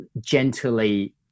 gently